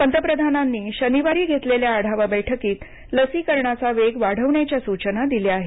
पंतप्रधानांनी शनिवारी घेतलेल्या आढावा बैठकीत लसीकरणाचा वेग वाढवण्याच्या सूचना दिल्या आहेत